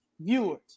viewers